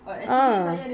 uh